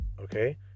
okay